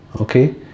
Okay